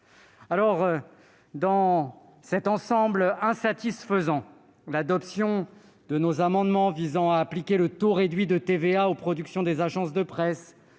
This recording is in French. Dans cet ensemble insatisfaisant, l'adoption de nos amendements visant à appliquer le taux réduit de TVA aux productions des agences de presse,